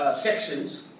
sections